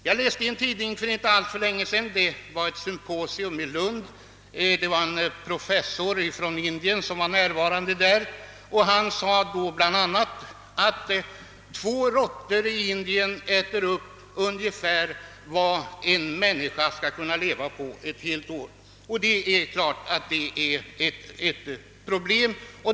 Jag läste i en tidning för inte alltför länge sedan ett uttalande av en professor från Indien, som vid ett symposium i Lund hade sagt bl.a. att två råttor i Indien äter upp ungefär vad en människa kan leva på ett helt år. Det är klart att det är ett problem.